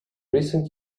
recent